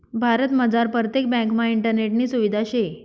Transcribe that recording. भारतमझार परतेक ब्यांकमा इंटरनेटनी सुविधा शे